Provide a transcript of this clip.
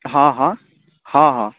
हँ हँ हँ हँ